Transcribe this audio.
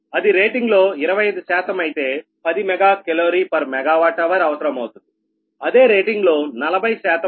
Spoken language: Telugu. అది రేటింగ్ లో 25 శాతం అయితే 10 mega calorie per megawatt hour అవసరమౌతుందిఅదే రేటింగ్ లో 40 శాతం అయితే 8